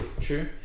true